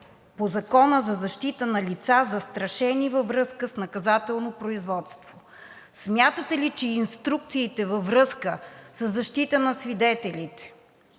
по Закона за защита на лица, застрашени във връзка с наказателно производство. Смятате ли, че инструкциите във връзка със защита на свидетелите